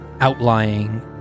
outlying